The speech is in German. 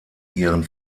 ihren